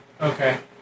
Okay